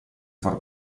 far